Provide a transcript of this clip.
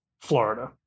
Florida